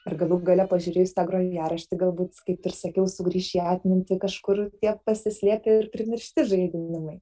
ar galų gale pažiūrėjus tą grojaraštį galbūt kaip ir sakiau sugrįš į atmintį kažkur tie pasislėpę ir primiršti žaidinimai